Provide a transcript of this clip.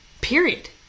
period